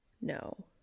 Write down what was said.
No